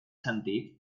sentit